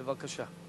בבקשה.